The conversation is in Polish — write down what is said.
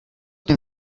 tym